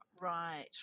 Right